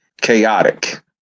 chaotic